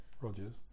Rogers